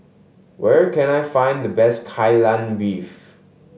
where can I find the best Kai Lan Beef